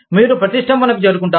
మీరు ప్రతిష్ఠంభనకు చేరుకుంటారు